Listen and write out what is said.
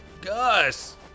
Gus